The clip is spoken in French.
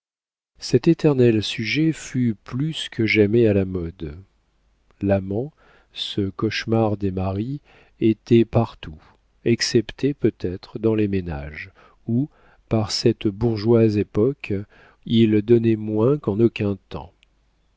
cet éternel sujet fut plus que jamais à la mode l'amant ce cauchemar des maris était partout excepté peut-être dans les ménages où par cette bourgeoise époque il donnait moins qu'en aucun temps